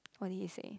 what did he say